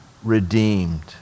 redeemed